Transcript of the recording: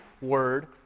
Word